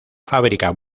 fábrica